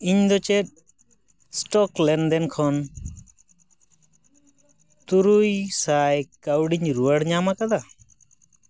ᱤᱧᱫᱚ ᱪᱮᱫ ᱥᱴᱚᱠ ᱞᱮᱱᱫᱮᱱ ᱠᱷᱚᱱ ᱛᱨᱩᱭᱥᱟᱭ ᱠᱟᱹᱣᱰᱤᱧ ᱨᱩᱣᱟᱹᱲ ᱧᱟᱢᱟᱠᱟᱫᱟ